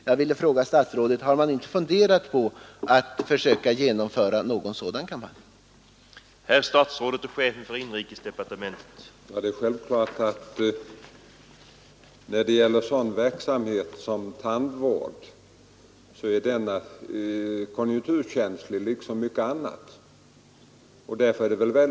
Jag frågar alltså statsrådet: Har man inte funderat på att försöka genomföra någon sådan här upplysningskampanj?